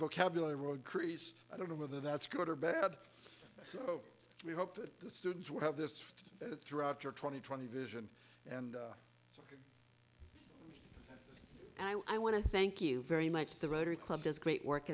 vocabulary road crease i don't know whether that's good or bad so we hope that the students who have this throughout your twenty twenty vision and and i want to thank you very much the rotary club does great work